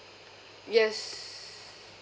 yes